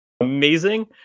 amazing